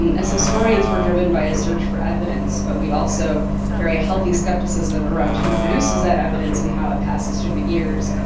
um as historians, we're driven by a search for evidence, but we also carry a healthy skepticism around who produces that evidence, and how it passes through the years,